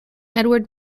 edward